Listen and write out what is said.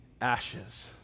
ashes